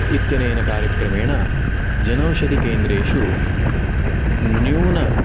इत्यनेन कार्यक्रमेण जनौषधिकेन्द्रेषु न्यून